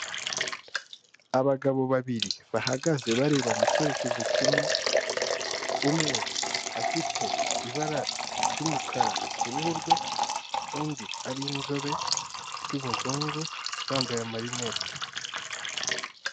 Abagabo babiri bahagaze bareba mu cyerekezo kimwe. Umwe afite ibara ry'umukara ku ruhu rwe, undi ari inzobe y'umuzungu bambaye marinete.